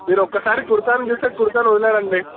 మీరు ఒకసారి కుర్తాన్ని చూస్తే కుర్తాని వదలరండి